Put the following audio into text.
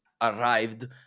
arrived